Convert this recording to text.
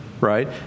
right